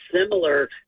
similar